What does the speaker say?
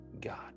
god